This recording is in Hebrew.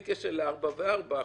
בלי קשר לארבע שנים וארבע שנים,